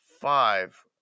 five